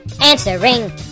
answering